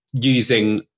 using